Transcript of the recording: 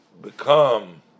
become